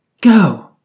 go